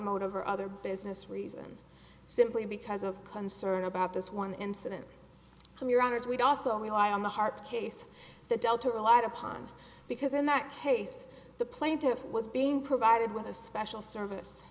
motive or other business reason simply because of concern about this one incident in your honour's we also rely on the heart case the delta relied upon because in that case the plaintiff was being provided with a special service